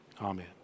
Amen